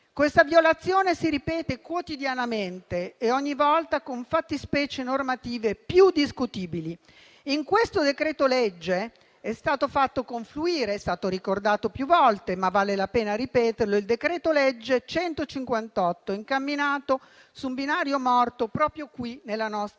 questa violazione si ripete quotidianamente e ogni volta con fattispecie normative più discutibili. In questo decreto-legge è stato fatto confluire - è stato ricordato più volte, ma vale la pena ripeterlo - il decreto-legge n. 158, incamminato su un binario morto proprio qui nella nostra Assemblea.